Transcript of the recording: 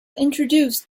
introduced